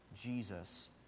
Jesus